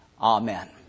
Amen